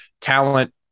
talent